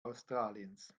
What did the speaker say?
australiens